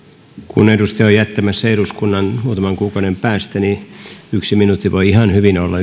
kun edustaja on jättämässä eduskunnan muutaman kuukauden päästä niin yksi minuutti voi ihan hyvin olla